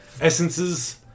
essences